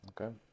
Okay